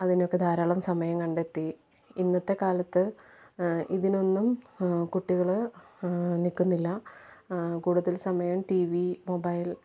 അതിനൊക്കെ ധാരാളം സമയം കണ്ടെത്തി ഇന്നത്തെ കാലത്ത് ഇതിനൊന്നും കുട്ടികള് നിൽക്കുന്നില്ല കൂടുതൽ സമയം ടി വി മൊബൈൽ